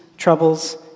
troubles